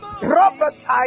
Prophesy